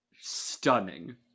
Stunning